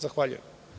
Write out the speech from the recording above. Zahvaljujem.